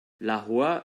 lahore